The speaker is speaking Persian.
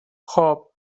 خوب